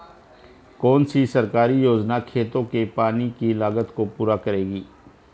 कौन सी सरकारी योजना खेतों के पानी की लागत को पूरा करेगी?